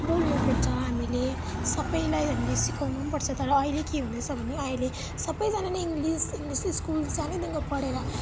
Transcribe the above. बोल्नुपर्छ हामीले सबैलाई हामीले सिकाउनु नि पर्छ तर अहिले के हुँदैछ भने अहिले सबैजनाले इङ्गलिस इङ्गलिस स्कुल सानैदेखिन पढेर